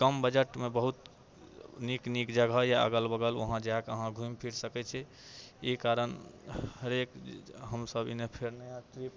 कम बजटमे बहुत नीक नीक जगह यऽ अगल बगल वहाँ जाकऽ अहाँ घुमि फिरि सकै छी ई कारण हरेक हम सब एने फेर नया ट्रिप